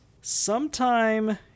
Sometime